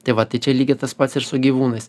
tai va tai čia lygiai tas pats ir su gyvūnais